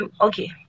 okay